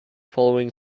following